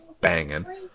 banging